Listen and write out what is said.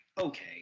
okay